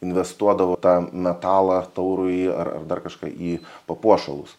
investuodavo tą metalą taurųjį ar ar dar kažką į papuošalus